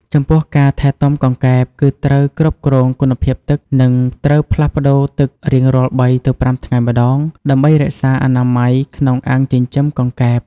ចំពោះការថែទាំកង្កែប គឺត្រូវគ្រប់គ្រងគុណភាពទឹក និងត្រូវផ្លាស់ប្ដូរទឹករៀងរាល់ ៣ ទៅ ៥ ថ្ងៃម្តង ដើម្បីរក្សាអនាម័យក្នុងអាងចិញ្ចឹមកង្កែប។